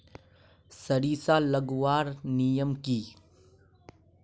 सरिसा लगवार नियम की?